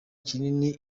kinini